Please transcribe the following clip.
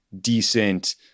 decent